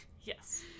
Yes